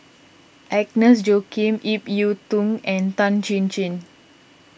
Agnes Joaquim Ip Yiu Tung and Tan Chin Chin